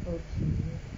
okay